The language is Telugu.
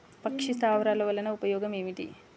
పక్షి స్థావరాలు వలన ఉపయోగం ఏమిటి?